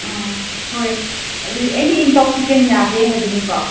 ꯑꯥ ꯍꯣꯏ ꯑꯗꯨꯗꯤ ꯑꯦꯅꯤ ꯏꯟꯇꯣꯛꯁꯤꯀꯦꯟ ꯌꯥꯗꯦ ꯍꯥꯏꯕꯅꯤꯀꯣ